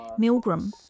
Milgram